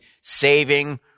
saving